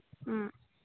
ꯎꯝ